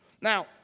Now